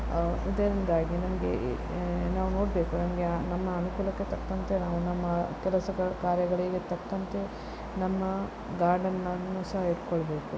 ಇದರಿಂದಾಗಿ ನಮಗೆ ನಾವು ನೋಡಬೇಕು ನಮ್ಮ ಅನುಕೂಲಕ್ಕೆ ತಕ್ಕಂತೆ ನಾವು ನಮ್ಮ ಕೆಲಸ ಕಾರ್ಯಗಳಿಗೆ ತಕ್ಕಂತೆ ನಮ್ಮ ಗಾರ್ಡನನ್ನು ಸಹ ಇಟ್ಟುಕೊಳ್ಬೇಕು